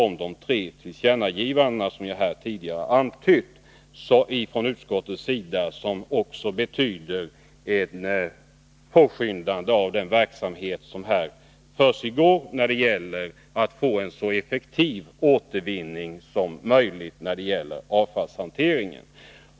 Och de tre tillkännagivanden som vi i utskottet har kunnat enas om betyder också ett påskyndande av den verksamhet som pågår för att vi skall få en så effektiv återvinning som möjligt när det gäller avfallshanteringen.